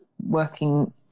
working